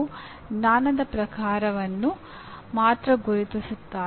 Anderson ಮತ್ತು Bloom ಜ್ಞಾನದ ನಾಲ್ಕು ಸಾಮಾನ್ಯ ವರ್ಗಗಳನ್ನು ಮಾತ್ರ ಗುರುತಿಸುತ್ತಾರೆ